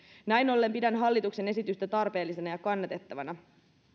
näin ollen pidän hallituksen esitystä tarpeellisena ja kannatettavana